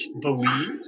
believe